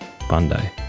Bandai